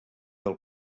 del